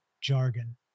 jargon